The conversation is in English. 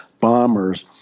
bombers